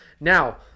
Now